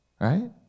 Right